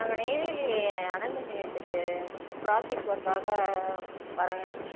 நாங்கள் நெய்வேலி அனல்மின் நிலையத்துக்கு ப்ராஜெக்ட் ஒர்க்குகாக வரோங்க